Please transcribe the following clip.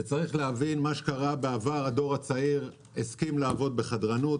צריך להבין שבעבר הדור הצעיר הסכים לעבוד בחדרנות,